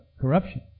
corruption